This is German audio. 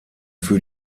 für